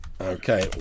Okay